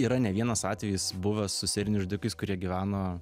yra ne vienas atvejis buvęs su serijiniais žudikais kurie gyveno